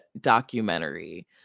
documentary